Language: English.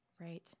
Right